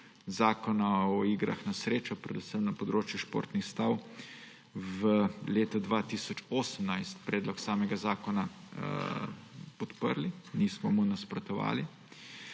Zakona o igrah na srečo predvsem na področju športnih stav v letu 2018 predlog samega zakona podprli, nismo mu nasprotovali.